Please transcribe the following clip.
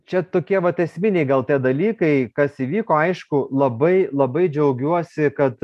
čia tokie vat esminiai gal tie dalykai kas įvyko aišku labai labai džiaugiuosi kad